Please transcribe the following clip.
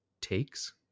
takes